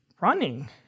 running